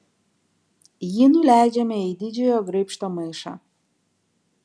jį nuleidžiame į didžiojo graibšto maišą